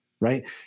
right